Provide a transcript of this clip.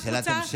מירב, שאלת המשך.